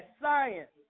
science